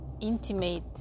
intimate